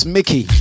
Mickey